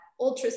ultrasound